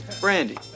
brandy